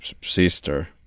sister